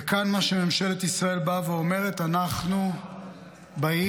וכאן, מה שממשלת ישראל באה ואומרת: אנחנו באים